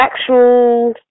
actual